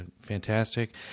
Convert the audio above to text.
fantastic